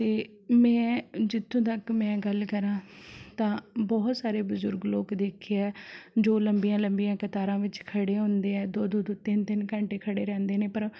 ਅਤੇ ਮੈਂ ਜਿੱਥੋਂ ਤੱਕ ਮੈਂ ਗੱਲ ਕਰਾਂ ਤਾਂ ਬਹੁਤ ਸਾਰੇ ਬਜ਼ੁਰਗ ਲੋਕ ਦੇਖੇ ਹੈ ਜੋ ਲੰਬੀਆਂ ਲੰਬੀਆਂ ਕਤਾਰਾਂ ਵਿੱਚ ਖੜ੍ਹੇ ਹੁੰਦੇ ਹੈ ਦੋ ਦੋ ਤੋਂ ਤਿੰਨ ਤਿੰਨ ਘੰਟੇ ਖੜ੍ਹੇ ਰਹਿੰਦੇ ਨੇ ਪਰ